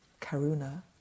karuna